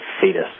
fetus